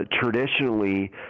traditionally